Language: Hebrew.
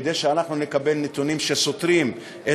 כדי שאנחנו נקבל נתונים שסותרים את